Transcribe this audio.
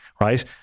right